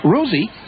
Rosie